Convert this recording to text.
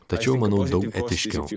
tačiau manau daug etiškiau